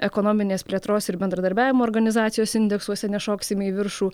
ekonominės plėtros ir bendradarbiavimo organizacijos indeksuose nešoksime į viršų